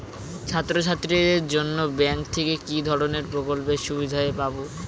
ছাত্রছাত্রীদের জন্য ব্যাঙ্ক থেকে কি ধরণের প্রকল্পের সুবিধে পাবো?